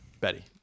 Betty